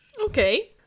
Okay